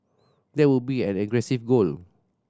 that would be an aggressive goal